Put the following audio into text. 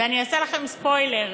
ואני אעשה לכם ספוילר: